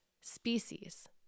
species